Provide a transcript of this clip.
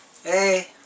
Hey